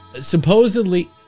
supposedly